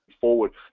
forward